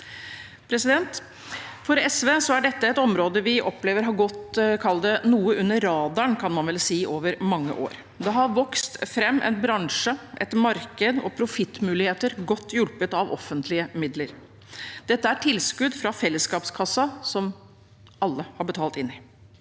For SV er dette et område vi opplever har gått – kan man vel si – noe under radaren over mange år. Det har vokst fram en bransje, et marked og profittmuligheter godt hjulpet av offentlige midler. Dette er tilskudd fra fellesskapskassen, som alle har betalt inn til.